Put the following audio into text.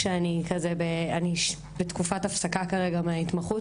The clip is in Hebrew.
כשאני בתקופת הפסקה מההתמחות,